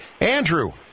Andrew